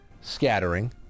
scattering